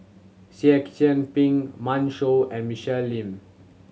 Seah Kian Peng Pan Shou and Michelle Lim